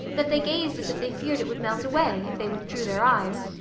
that they gazed as if they feared it would melt away if they withdrew their eyes.